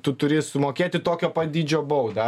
tu turi sumokėti tokio pat dydžio baudą